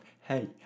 hey